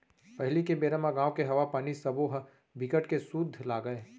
पहिली के बेरा म गाँव के हवा, पानी सबो ह बिकट के सुद्ध लागय